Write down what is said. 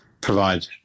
provide